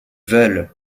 veulent